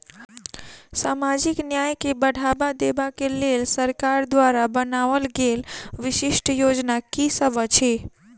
सामाजिक न्याय केँ बढ़ाबा देबा केँ लेल सरकार द्वारा बनावल गेल विशिष्ट योजना की सब अछि?